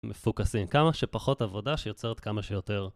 מפוקסים, כמה שפחות עבודה שיוצרת כמה שיותר